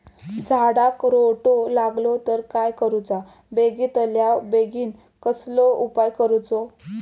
झाडाक रोटो लागलो तर काय करुचा बेगितल्या बेगीन कसलो उपाय करूचो?